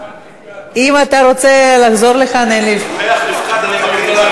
חבר הכנסת איציק שמולי,